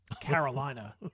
Carolina